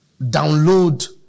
download